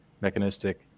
mechanistic